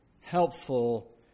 helpful